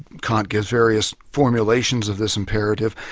kant gives various formulations of this imperative.